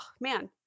man